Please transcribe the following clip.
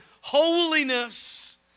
holiness